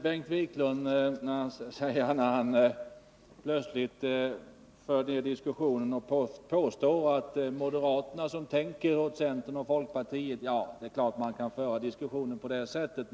Bengt Wiklund påstår plötsligt här i diskussionen att det är moderaterna som tänker åt centern och folkpartiet. Och det är klart att man kan föra diskussionen på det sättet.